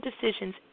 decisions